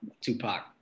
tupac